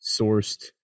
sourced